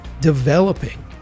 developing